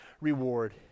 reward